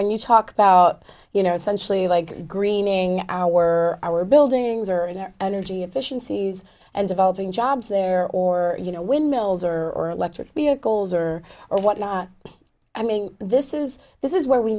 when you talk about you know essentially like greening our our buildings or in their energy efficiencies and developing jobs there or you know windmills or or electric vehicles or or whatnot i mean this is this is where we